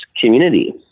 community